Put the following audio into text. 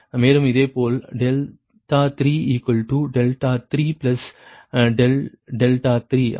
மேலும் இதேபோல் 33∆3 அதாவது 0 3